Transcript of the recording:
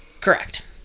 correct